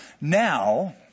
Now